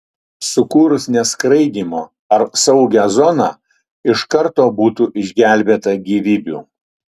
sukūrus neskraidymo ar saugią zoną iš karto būtų išgelbėta gyvybių